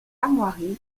armoiries